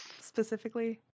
Specifically